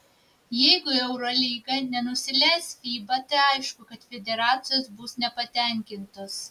jeigu eurolyga nenusileis fiba tai aišku kad federacijos bus nepatenkintos